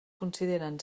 consideren